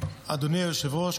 אדוני היושב-ראש.